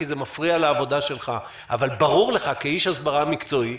כי זה מפריע לעבודה שלך אבל ברור לך כאיש הסברה מקצועי,